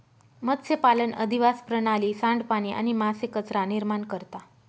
मत्स्यपालन अधिवास प्रणाली, सांडपाणी आणि मासे कचरा निर्माण करता